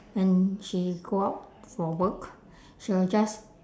when she go out for work she will just